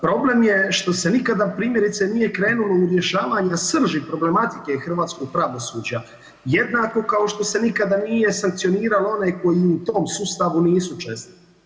Problem je što se nikada primjerice nije krenulo u rješavanje srži problematike hrvatskog pravosuđa jednako kao što se nikada nije sankcioniralo one koji u tom sustavu nisu često.